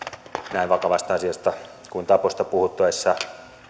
näin vakavasta asiasta kuin taposta puhuttaessa